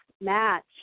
match